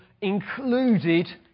included